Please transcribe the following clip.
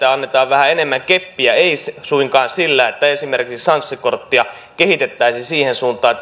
vähän enemmän keppiä ei suinkaan sillä että esimerkiksi sanssi korttia kehitettäisiin siihen suuntaan että